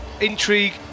intrigue